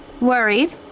Worried